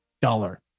dollar